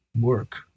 work